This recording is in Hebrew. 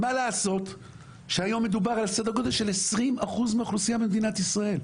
מה לעשות שהיום מדובר על סדר-גודל של 20% מהאוכלוסייה במדינת ישראל.